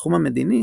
בתחום המדיני,